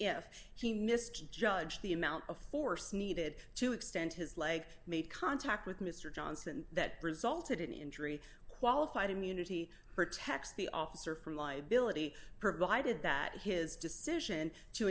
if he misjudged the amount of force needed to extend his leg made contact with mr johnson that brazelton injury qualified immunity protects the officer from liability provided that his decision to